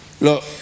look